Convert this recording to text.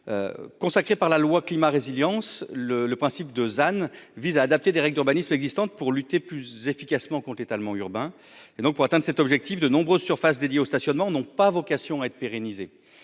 consacré par la loi climat résilience le le principe de Zahnd vise à adapter les règles d'urbanisme existantes pour lutter plus efficacement contre étalement urbain et donc, pour atteindre cet objectif de nombreuses surfaces dédiées au stationnement n'ont pas vocation à être pérennisés,